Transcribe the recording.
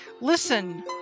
Listen